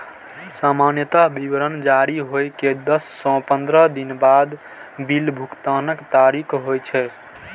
सामान्यतः विवरण जारी होइ के दस सं पंद्रह दिन बाद बिल भुगतानक तारीख होइ छै